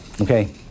Okay